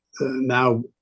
now